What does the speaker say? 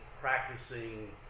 practicing